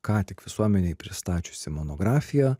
ką tik visuomenei pristačiusi monografiją